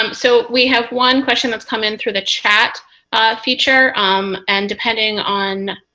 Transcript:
um so we have one question that's come in through the chat feature um and depending on